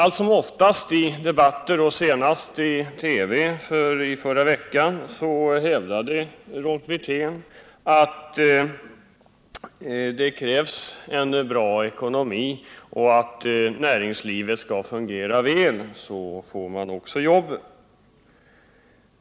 Allt som oftast i debatter, och senast i TV i förra veckan, hävdade Rolf Wirtén, att om vi har en bra ekonomi och om näringslivet fungerar väl, får man också jobb.